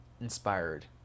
inspired